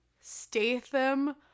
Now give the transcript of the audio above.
statham